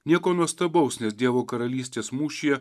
nieko nuostabaus nes dievo karalystės mūšyje